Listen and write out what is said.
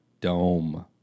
Dome